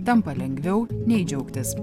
tampa lengviau nei džiaugtis